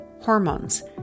hormones